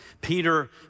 Peter